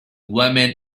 women